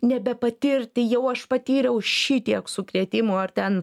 nebepatirti jau aš patyriau šitiek sukrėtimų ar ten